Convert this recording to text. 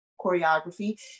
choreography